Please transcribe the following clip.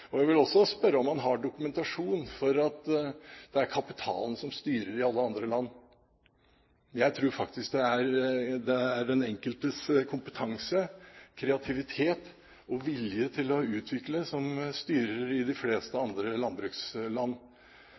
Jeg vil også spørre om han har dokumentasjon på at det er kapitalen som styrer i alle andre land. Jeg tror faktisk det er den enkeltes kompetanse, kreativitet og vilje til å utvikle som styrer i de fleste andre landbruksland.